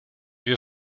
wir